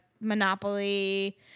Monopoly